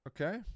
Okay